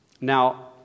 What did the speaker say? Now